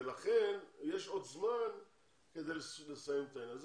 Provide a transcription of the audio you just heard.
ולכן יש עוד זמן כדי לסיים את העניין הזה.